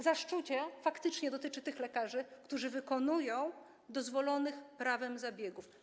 Zaszczucie faktycznie dotyczy tych lekarzy, którzy wykonują dozwolone prawem zabiegi.